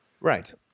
Right